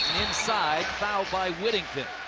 inside, fouled by whittington.